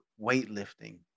weightlifting